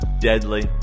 deadly